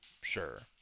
Sure